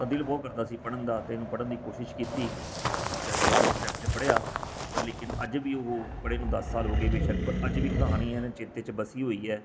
ਤਾਂ ਦਿਲ ਬਹੁਤ ਕਰਦਾ ਸੀ ਪੜ੍ਹਨ ਦਾ ਅਤੇ ਇਹਨੂੰ ਪੜ੍ਹਨ ਦੀ ਕੋਸ਼ਿਸ਼ ਕੀਤੀ ਚਾਹੇ ਦੋ ਤਿੰਨ ਸਟੈਪ 'ਚ ਪੜ੍ਹਿਆ ਪਰ ਲੇਕਿਨ ਅੱਜ ਵੀ ਉਹ ਪੜ੍ਹੇ ਨੂੰ ਦਸ ਸਾਲ ਹੋ ਗਏ ਬੇਸ਼ੱਕ ਅੱਜ ਵੀ ਕਹਾਣੀ ਐਨ ਚੇਤੇ 'ਚ ਵਸੀ ਹੋਈ ਹੈ